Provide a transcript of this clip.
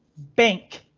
bank.